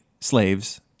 slaves